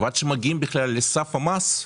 ועד שמגיעים לסף המס,